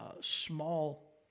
small